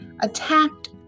attacked